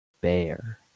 bear